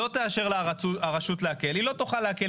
לא תאשר לה הרשות להקל, היא לא תוכל להקל.